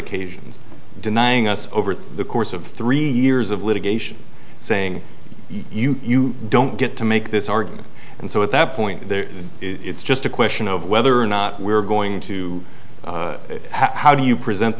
occasions denying us over the course of three years of litigation saying you don't get to make this argument and so at that point there it's just a question of whether or not we're going to how do you present